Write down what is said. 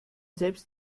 selbst